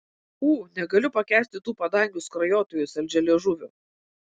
ū negaliu pakęsti tų padangių skrajotojų saldžialiežuvių